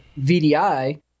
VDI